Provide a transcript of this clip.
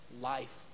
life